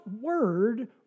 Word